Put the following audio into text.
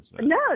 No